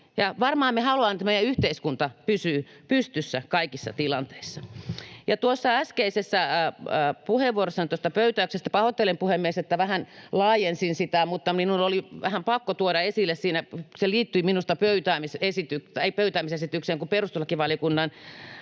varmaan me haluamme, että meidän yhteiskunta pysyy pystyssä kaikissa tilanteissa. Pahoittelen, puhemies, että äskeisessä puheenvuorossani tuosta pöytäyksestä vähän laajensin sitä, mutta minun oli vähän pakko tuoda esille siinä, kun se liittyi minusta pöytäämisesitykseen — ei pöytäämisesitykseen, vaan perustuslakivaliokunnan